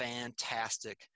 fantastic